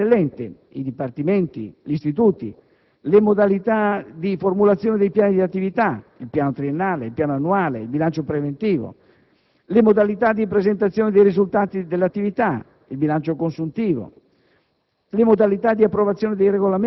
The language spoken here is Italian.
quali, ad esempio, la struttura operativa dell'ente (i dipartimenti, gli istituti), le modalità di formulazione dei piani di attività (il piano triennale, il piano annuale, il bilancio preventivo), le modalità di presentazione dei risultati dell'attività (il bilancio consuntivo),